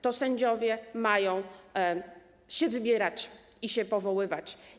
To sędziowie mają się wybierać i się powoływać.